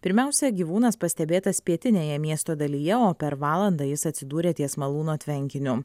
pirmiausia gyvūnas pastebėtas pietinėje miesto dalyje o per valandą jis atsidūrė ties malūno tvenkiniu